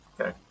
Okay